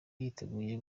yiteguye